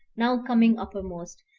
now coming uppermost,